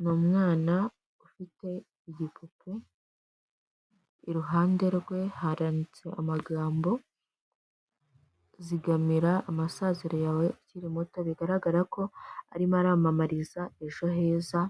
Ni umwana ufite igipupe, iruhande rwe haranditse amagambo, zigamira amasaziro yawe akiri muto, bigaragara ko arimo aramamariza ejo heza,